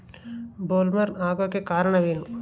Bollworm ಆಗೋಕೆ ಕಾರಣ ಏನು?